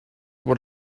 what